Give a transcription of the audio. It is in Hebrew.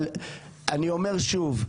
אני אומר שוב,